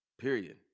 period